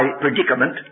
predicament